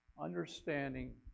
understanding